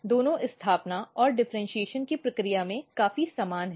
दोनों स्थापना और डिफ़र्इन्शीएशन की प्रक्रिया में काफी समान हैं